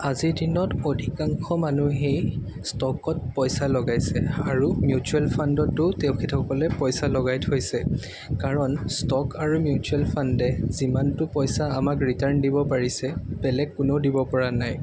আজিৰ দিনত অধিকাংশ মানুহেই ষ্টকত পইচা লগাইছে আৰু মিউছুৱেল ফাণ্ডতো তেখেতসকলে পইছা লগাই থৈছে কাৰণ ষ্টক আৰু মিউছুৱেল ফাণ্ডে যিমানতো পইছা আমাক ৰিটাৰ্ণ দিব পাৰিছে বেলেগ কোনেওঁ দিবপৰা নাই